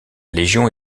légion